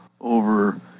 over